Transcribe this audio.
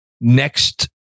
next